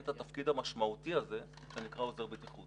את התפקיד המשמעותי הזה שנקרא עוזר בטיחות.